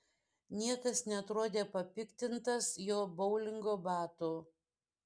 niekas neatrodė papiktintas jo boulingo batų